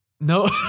No